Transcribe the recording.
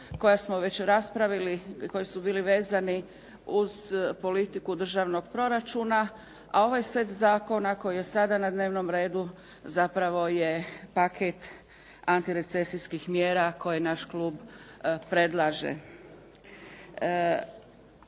koja smo već raspravili i koji su bili vezani uz politiku državnog proračuna. A ovaj set zakona koji je sada na dnevnom redu zapravo je paket antirecesijskih mjera koje naš klub predlaže.